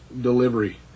delivery